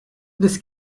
this